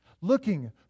Looking